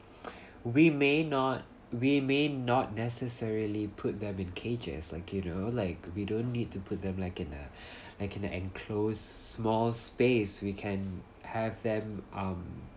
we may not we may not necessarily put them in cages like you know like we don't need to put them like in a like in a enclosed small space we can have them um